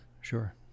Sure